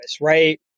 right